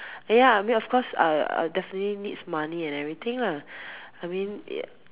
ya I mean of cause I I definitely need money and everything lah I mean